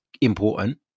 important